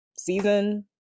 season